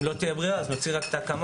אם לא תהיה ברירה נוציא רק את ההקמה